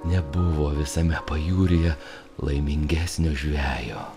nebuvo visame pajūryje laimingesnio žvejo